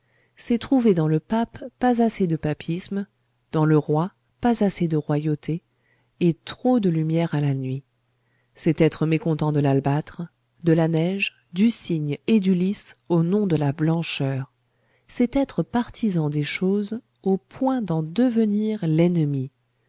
c'est trouver dans le pape pas assez de papisme dans le roi pas assez de royauté et trop de lumière à la nuit c'est être mécontent de l'albâtre de la neige du cygne et du lys au nom de la blancheur c'est être partisan des choses au point d'en devenir l'ennemi